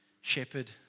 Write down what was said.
shepherd